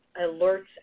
alerts